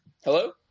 Hello